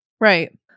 Right